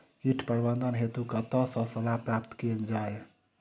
कीट प्रबंधन हेतु कतह सऽ सलाह प्राप्त कैल जाय?